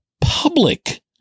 public